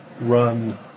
run